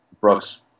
Brooks